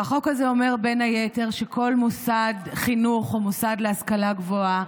והחוק הזה אומר בין היתר שכל מוסד חינוך או מוסד להשכלה גבוהה